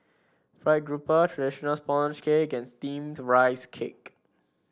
fried grouper traditional sponge cake and steamed Rice Cake